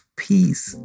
peace